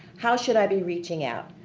how should i be reaching out.